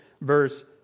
verse